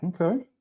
Okay